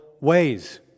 ways